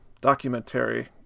documentary